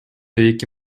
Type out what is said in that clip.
эки